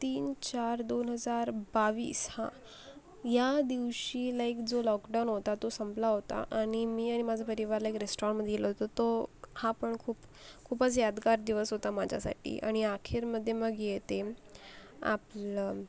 तीन चार दोन हजार बावीस हं यादिवशी लाईक जो लॉकडाऊन होता तो संपला होता आणि मी आणि माझा परिवार लाईक रेस्टोरंटमध्ये गेलो तो हा पण खूप खूपच यादगार दिवस होता माझ्यासाठी आणि आखिरमध्ये मग येते आपलं